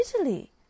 Italy